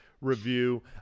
review